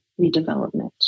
redevelopment